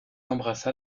embrassa